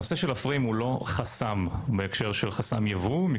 הנושא של הפריים אינו חסם בהקשר של חסם ייבוא כי